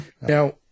Now